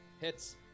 Hits